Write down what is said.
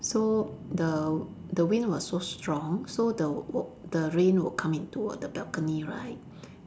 so the the wind was so strong so the w~ the rain will come into the balcony right